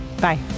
Bye